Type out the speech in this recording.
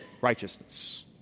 righteousness